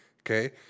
okay